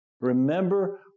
Remember